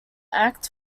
act